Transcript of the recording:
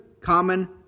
common